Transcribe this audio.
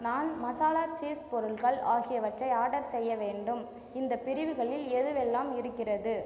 நான் மசாலா சீஸ் பொருட்கள் ஆகியவற்றை ஆர்டர் செய்ய வேண்டும் இந்தப் பிரிவுகளில் எதுவெல்லாம் இருக்கிறது